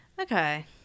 Okay